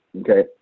Okay